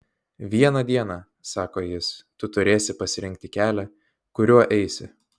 vieną dieną sako jis tu turėsi pasirinkti kelią kuriuo eisi